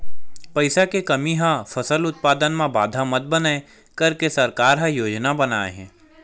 पईसा के कमी हा फसल उत्पादन मा बाधा मत बनाए करके सरकार का योजना बनाए हे?